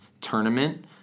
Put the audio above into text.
tournament